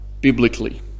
biblically